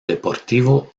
deportivo